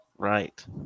Right